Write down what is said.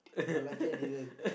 but lucky I didn't